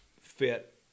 fit